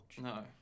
No